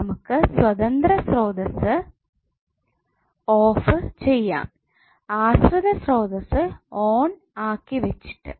നമുക്ക് സ്വതന്ത്ര സ്രോതസ്സ് ഓഫ് ചെയ്യാം ആശ്രിത സ്രോതസ്സ് ഓൺ ആക്കി വെച്ചിട്ടു